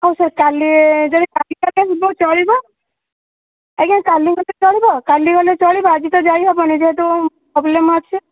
ହଉ ସାର୍ କାଲି ଯଦି କହିବେ ଆମେ ଯିବୁ ଚଳିବ ଆଜ୍ଞା କାଲି ଗଲେ ଚଳିବ କାଲି ଗଲେ ଚଳିବ ଆଜି ତ ଯାଇହେବନି ଯେହେତୁ ପ୍ରୋବ୍ଲେମ୍ ଅଛି